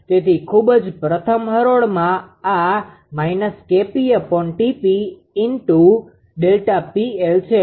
તેથી ખૂબ જ પ્રથમ હરોળમાં આ −𝐾𝑝𝑇𝑝 × Δ𝑃𝐿 છે અહી છે